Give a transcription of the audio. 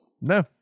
no